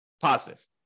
positive